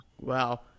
Wow